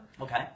Okay